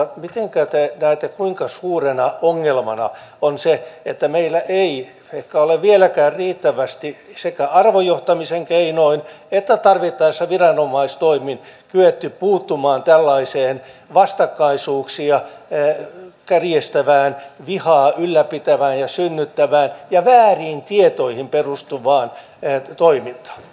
mitenkä näette ja kuinka suurena ongelmana sen että meillä ei olla ehkä vieläkään riittävästi sekä arvojohtamisen keinoin että tarvittaessa viranomaistoimin kyetty puuttumaan tällaiseen vastakkaisuuksia kärjistävään vihaa ylläpitävään ja synnyttävään ja vääriin tietoihin perustuvaan toimintaan